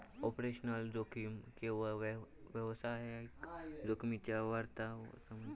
operational जोखीम केवळ व्यावसायिक जोखमीच्या वर्गात समजली जावक शकता